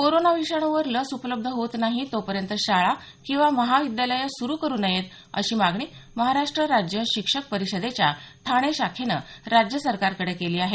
corona विषाणूवर लस उपलब्ध होत नाही तोपर्यँत शाळा किंवा महाविद्यालयं सुरू करू नयेत अशी मागणी महाराष्ट राज्य शिक्षक परिषदेच्या ठाणे शाखेनं राज्य सरकारकडे केली आहे